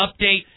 update